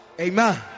amen